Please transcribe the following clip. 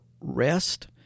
rest